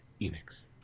Enix